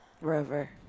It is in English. Rover